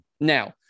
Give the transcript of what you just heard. Now